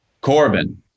Corbin